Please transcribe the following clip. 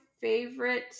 favorite